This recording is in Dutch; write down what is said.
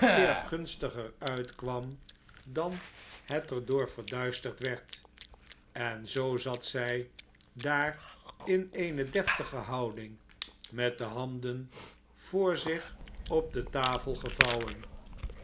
eer gunstiger uitkwam dan het er door verduisterd werd en zoo zat zij daar in eene deftige houding met de handen voor zich op de tafel gevouwen